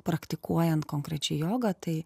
praktikuojant konkrečiai jogą tai